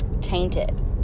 tainted